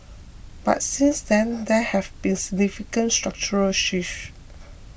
but since then there have been significant structural shift